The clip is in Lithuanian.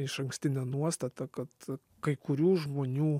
išankstine nuostata kad kai kurių žmonių